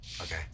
Okay